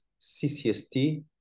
CCST